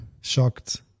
Shocked